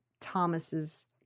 Thomas's